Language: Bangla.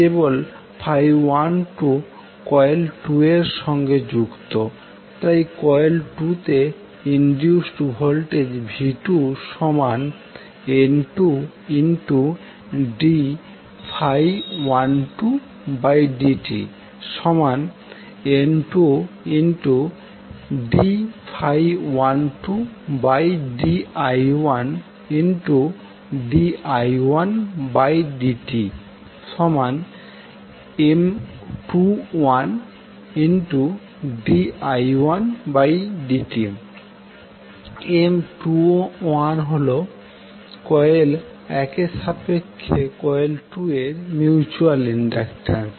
কেবল ফ্লাক্স 12কয়েল 2 এর সঙ্গে যুক্ত তাই কয়েল 2 তে ইনডিউসড ভোল্টেজ v2N2d12dtN2d12di1di1dtM21di1dt M21হল কয়েল 1 এর সাপেক্ষে কয়েল 2 এর মিউচুয়াল ইন্ডাক্টানস